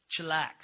Chillax